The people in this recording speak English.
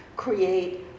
create